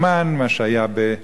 מה שהיה במצרים,